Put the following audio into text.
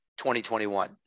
2021